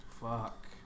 Fuck